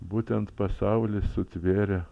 būtent pasaulį sutvėrė